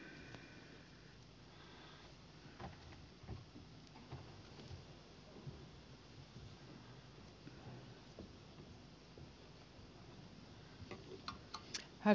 herr talman